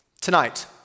tonight